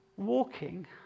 Walking